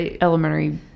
Elementary